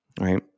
right